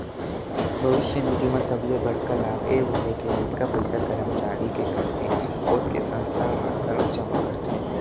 भविस्य निधि म सबले बड़का लाभ ए होथे के जतका पइसा करमचारी के कटथे ओतके संस्था ह घलोक जमा करथे